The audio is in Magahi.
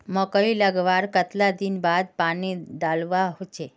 मकई लगवार कतला दिन बाद पानी डालुवा होचे?